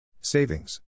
Savings